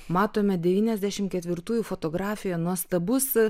matomedevyniasdešimt ketvirtųjų fotografiją nuostabus